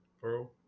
bro